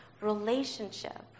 relationship